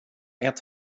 ett